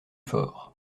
fort